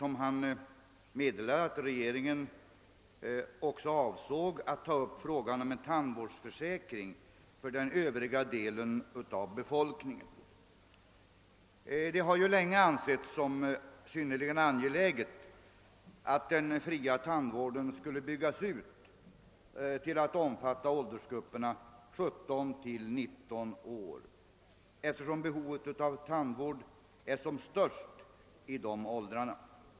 Samtidigt meddelade han att regeringen också avsåg att ta upp frågan om en tandvårdsförsäkring för den övriga delen av befolkningen. Det har ju länge ansetts synnerligen angeläget att den fria tandvården skulle byggas ut till att omfatta åldersgrupperna 17—19 år, eftersom behovet av tandvård är som störst i dessa åldrar.